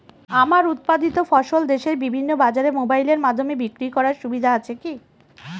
আমার উৎপাদিত ফসল দেশের বিভিন্ন বাজারে মোবাইলের মাধ্যমে বিক্রি করার সুবিধা আছে কি?